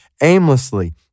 aimlessly